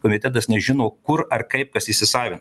komitetas nežino kur ar kaip kas įsisavina